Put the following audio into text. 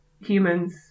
humans